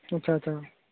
अच्छा अच्छा